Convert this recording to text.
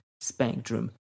spectrum